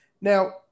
Now